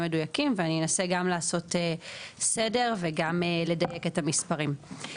מדויקים ואני אנסה גם לעשות סדר וגם לדייק את המספרים.